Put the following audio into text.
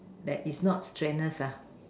that is not strenuous ah